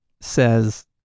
says